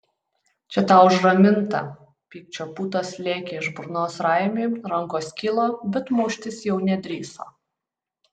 čia tau už ramintą pykčio putos lėkė iš burnos raimiui rankos kilo bet muštis jau nedrįso